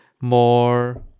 more